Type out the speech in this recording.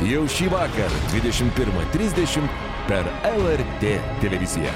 jau šįvakar dvidešim pirmą trisdešim per el er tė televiziją